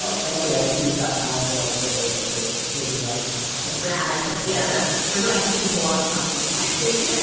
ah frankly, i think we've got time for like the the hit and righteous like rat. and yeah, we're going into some blonde talmud, i think